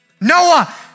noah